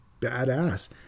badass